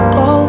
go